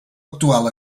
actual